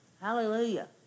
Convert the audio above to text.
Hallelujah